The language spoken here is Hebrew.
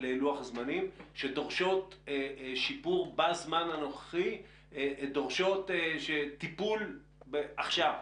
לוח הזמנים שדורשות שיפור בזמן הנוכחי ודורשות טיפול עכשיו.